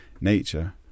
nature